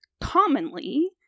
commonly